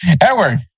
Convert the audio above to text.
Edward